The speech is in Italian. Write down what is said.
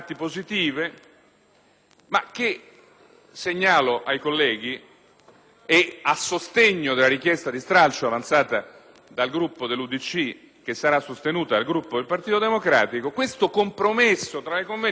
ma segnalo ai colleghi che, a sostegno della richiesta di stralcio avanzata dal Gruppo dell'IdV che sarà sostenuta dal Gruppo del Partito Democratico, questo compromesso tra le convenienze si configura, signora